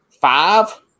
five